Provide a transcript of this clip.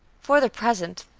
for the present,